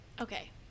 Okay